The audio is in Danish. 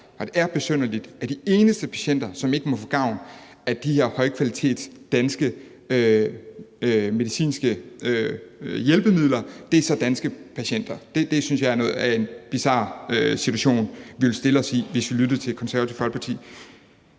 det er besynderligt, at de eneste patienter, som ikke må få gavn af de her danske medicinske hjælpemidler af høj kvalitet, er danske patienter. Jeg synes, det er en bizar situation, vi ville sætte os i, hvis vi lyttede til Det Konservative Folkeparti.